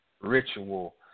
ritual